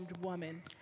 woman